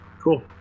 Cool